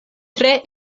tre